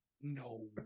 No